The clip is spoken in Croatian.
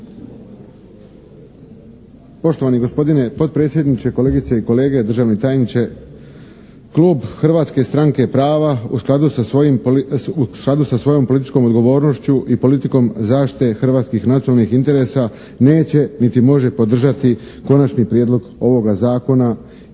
Poštovani gospodine potpredsjedniče, kolegice i kolege, državni tajniče! Klub Hrvatske stranke prava u skladu sa svojom političkom odgovornošću i politikom zaštite hrvatskih nacionalnih interesa neće niti može podržati konačni prijedlog ovoga zakona iz više razloga. Prvo, cjelokupni tekst konačnog prijedloga zakona